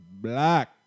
Black